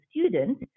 student